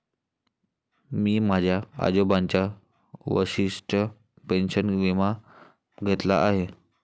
मी माझ्या आजोबांचा वशिष्ठ पेन्शन विमा घेतला आहे